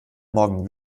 morgen